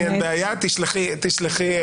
של ההתחשבות בדעתנו.